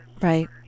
Right